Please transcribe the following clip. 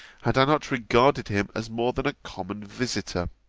had i not regarded him as more than a common visiter.